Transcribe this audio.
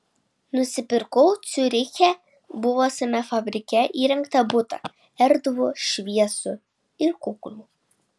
nusipirkau ciuriche buvusiame fabrike įrengtą butą erdvų šviesų ir kuklų